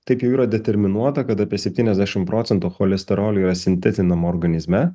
taip jau yra determinuota kad apie setyniasdešim procentų cholesterolio yra sintetinama organizme